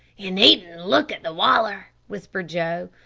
ye needn't look at the waller, whispered joe,